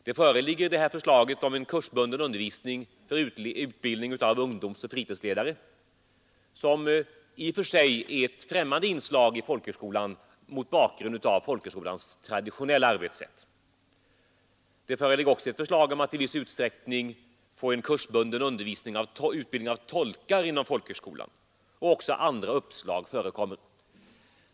Det föreligger ett förslag om en kursbunden utbildning av ungdomsoch fritidsledare, som i och för sig är ett främmande inslag i folkhögskolan mot bakgrund av folkhögskolans traditionella arbetssätt. Det föreligger också ett förslag om en i viss utsträckning kursbunden utbildning av tolkar inom folkhögskolan, och också andra uppslag förekommer.